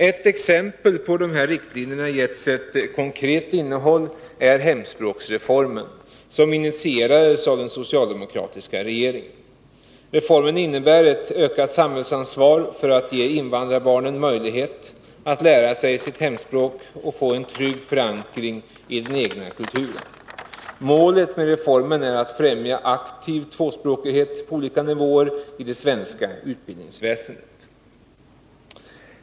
Ett exempel på att de här riktlinjerna getts ett konkret innehåll är Nr 120 hemspråksreformen, som initierades av den socialdemokratiska regeringen. Reformen innebär ett ökat samhällsansvar för att ge invandrarbarn möjlighet att lära sig sitt hemspråk och få en trygg förankring i den egna kulturen. Målet med reformen är att främja aktiv tvåspråkighet på olika nivåer i det svanska utbildningsväsendet.